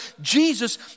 jesus